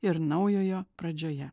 ir naujojo pradžioje